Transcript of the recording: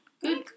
Good